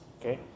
okay